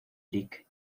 lic